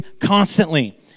constantly